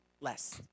less